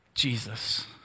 Jesus